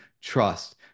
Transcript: trust